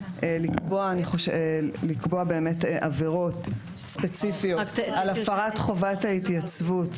לקבוע עבירות ספציפיות על הפרת חובת ההתייצבות,